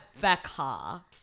Becca